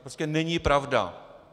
To prostě není pravda!